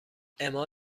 اِما